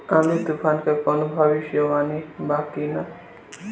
आँधी तूफान के कवनों भविष्य वानी बा की?